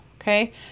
okay